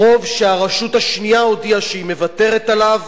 חוב שהרשות השנייה הודיעה שהיא מוותרת עליו,